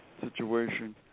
situation